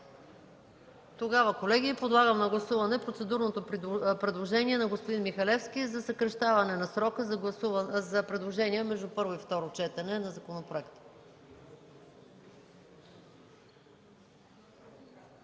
мнение? Колеги, подлагам на гласуване процедурното предложение на господин Михалевски за съкращаване на срока за предложения между първо и второ четене на законопроекта.